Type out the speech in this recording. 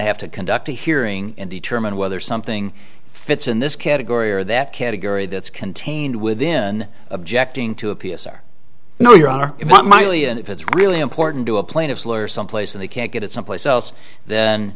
to have to conduct a hearing and determine whether something fits in this category or that category that's contained within objecting to a p s r no your honor it was my only and if it's really important to a plaintiff's lawyer someplace and they can't get it someplace else then